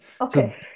Okay